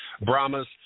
Brahmas